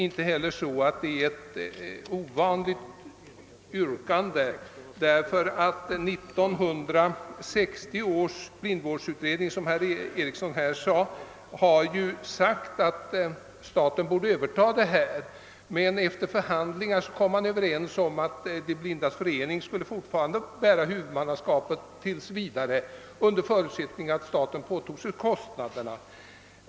Inte heller är det ett ovanligt yrkande, ty som herr Eriksson i Arvika sade förklarade 1960 års blindvårdsutredning att staten borde överta denna verksamhet. Efter förhandlingar träffades dock överenskommelse om att De blindas förening tills vidare skulle stå för huvudmannaskapet, under förutsättning att staten påtog sig kostnaderna.